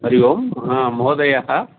हरिः ओं महोदयः